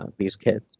ah these kids.